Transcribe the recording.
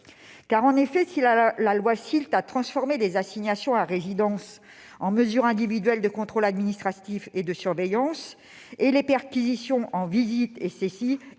judiciaire. Si la loi SILT a transformé les assignations à résidence en mesures individuelles de contrôle administratif et de surveillance et les perquisitions en visites et saisies,